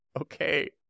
okay